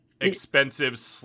expensive